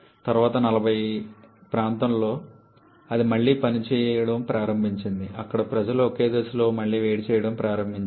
తర్వాత నలభైల ప్రారంభంలో అది మళ్లీ పనిచేయడం ప్రారంభించింది అక్కడ ప్రజలు ఒక దశలో మళ్లీ వేడి చేయడం ప్రారంభించారు